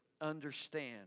understand